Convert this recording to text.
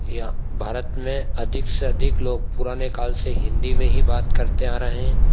यह भारत में अधिक से अधिक लोग पुराने काल से हिन्दी में ही बात करते आ रहे हैं